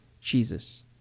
Jesus